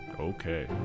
Okay